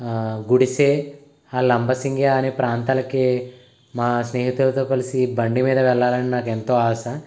గుడిసె లంబసింగి అనే ప్రాంతానికి మా స్నేహితులతో కలిసి బండి మీద వెళ్ళాలని నాకు ఎంతో ఆశ